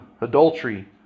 adultery